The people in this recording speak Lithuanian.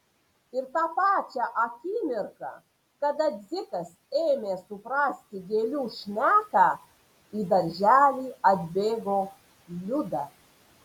ir tą pačią akimirką kada dzikas ėmė suprasti gėlių šneką į darželį atbėgo liuda